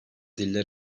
dille